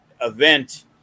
event